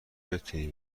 بتونی